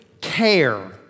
care